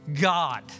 God